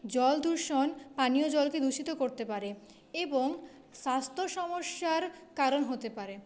জলদূষণ পানীয় জলকে দূষিত করতে পারে এবং স্বাস্থ্য সমস্যার কারণ হতে পারে